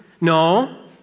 No